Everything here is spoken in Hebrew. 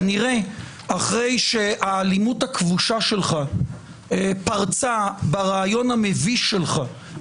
כנראה אחרי שהאלימות הכבושה שלך פרצה בראיון המביש שלך,